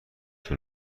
طول